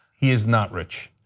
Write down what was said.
he's not rich.